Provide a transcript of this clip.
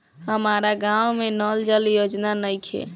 हमारा गाँव मे नल जल योजना नइखे?